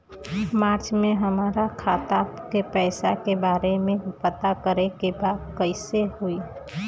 मार्च में हमरा खाता के पैसा के बारे में पता करे के बा कइसे होई?